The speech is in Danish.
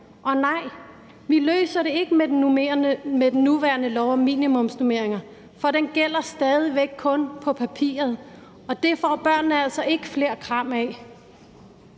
Og nej, vi løser det ikke med den nuværende lov om minimumsnormeringer, for den gælder stadig væk kun på papiret, og det får børnene altså ikke flere kram af.